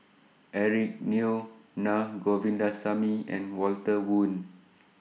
Eric Neo Naa Govindasamy and Walter Woon